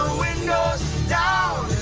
windows down